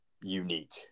unique